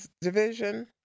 division